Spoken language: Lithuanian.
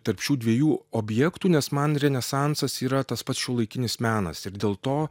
tarp šių dviejų objektų nes man renesansas yra tas pats šiuolaikinis menas ir dėl to